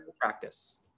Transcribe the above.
practice